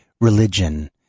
religion